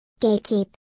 Gatekeep